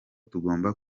tugomba